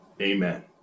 Amen